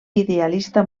idealista